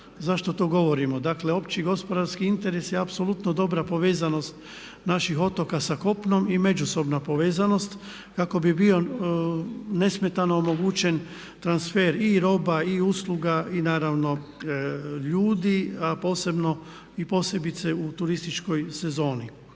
Zašto to govorimo? Dakle opći gospodarski interesi, apsolutno dobra povezanost naših otoka sa kopnom i međusobna povezanost kako bi bio nesmetano omogućen transfer i roba i usluga i naravno ljudi a posebno i posebice u turističkoj sezoni.